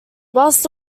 whilst